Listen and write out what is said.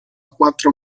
quattro